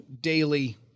daily